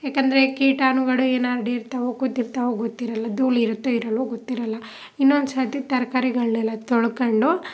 ಯಾಕೆಂದ್ರೆ ಕೀಟಾಣುಗಳು ಏನ್ಮಾಡಿರ್ತವೋ ಕೂತಿರ್ತವೋ ಗೊತ್ತಿರೋಲ್ಲ ಧೂಳಿರುತ್ತೆ ಇರಲ್ವೋ ಗೊತ್ತಿರೋಲ್ಲ ಇನ್ನೊಂದ್ಸರ್ತಿ ತರಕಾರಿಗಳ್ನೆಲ್ಲ ತೊಳ್ಕೊಂಡು